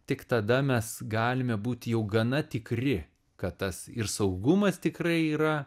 tik tada mes galime būti jau gana tikri kad tas ir saugumas tikrai yra